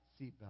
seatbelt